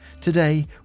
Today